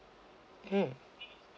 mm